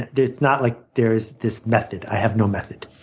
it's not like there's this method i have no method.